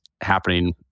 happening